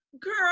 Girl